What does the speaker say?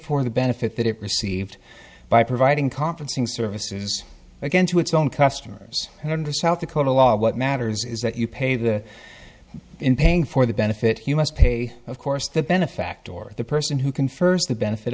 for the benefit that it received by providing conferencing services again to its own customers and under south dakota law what matters is that you pay the in paying for the benefit you must pay of course the benefactor or the person who confers the benefit